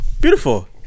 Beautiful